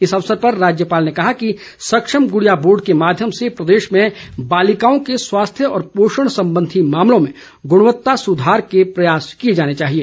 इस अवसर पर राज्यपाल ने कहा कि सक्षम गुड़िया बोर्ड के माध्यम से प्रदेश में बालिकाओं के स्वास्थ्य व पोषण संबंधी मामलों में गणवत्ता सुधार के प्रयास किए जाने चाहिए